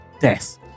death